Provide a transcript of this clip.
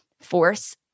force